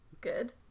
good